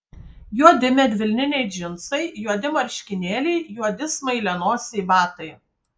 juodi medvilniniai džinsai juodi marškinėliai juodi smailianosiai batai